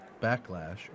Backlash